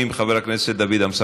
חברת הכנסת ורבין,